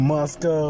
Moscow